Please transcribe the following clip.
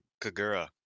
Kagura